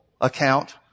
account